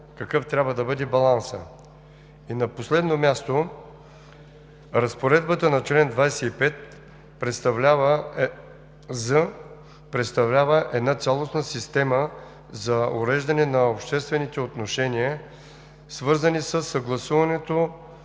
какъв трябва да бъде балансът. И на последно място, разпоредбата на чл. 25з представлява цялостна система за уреждане на обществените отношения, свързани със съгласуването